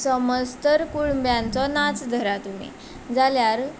समज तर कुळम्यांचो नाच धरा तुमी जाल्यार